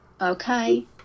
Okay